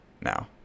now